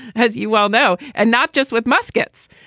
as you well know, and not just with muskets.